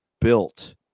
built